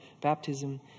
baptism